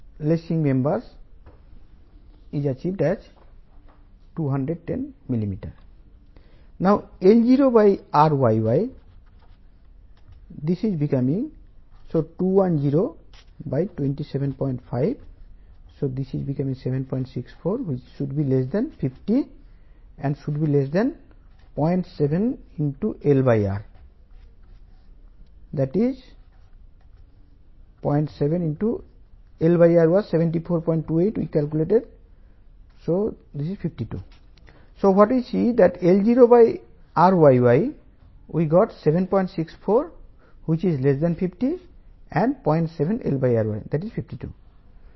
lacing bar యొక్క spacing ఇది కూడా దీని కంటే తక్కువ ఉండాలి